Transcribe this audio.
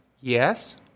Yes